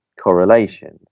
correlations